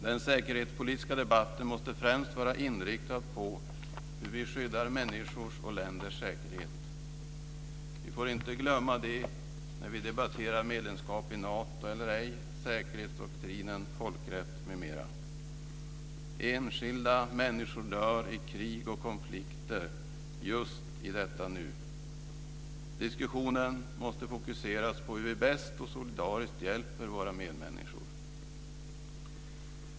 Den säkerhetspolitiska debatten måste främst vara inriktad på hur vi skyddar människors och länders säkerhet. Vi får inte glömma det när vi debatterar medlemskap i Nato eller ej, säkerhetsdoktrinen, folkrätt m.m. Enskilda människor dör i krig och konflikter just i detta nu. Diskussionen måste fokuseras på hur vi bäst och solidariskt hjälper våra medmänniskor.